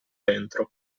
dentro